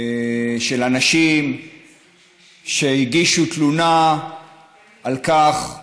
של אנשים שהגישו תלונה על כך למשטרה.